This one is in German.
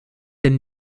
denn